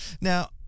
Now